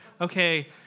okay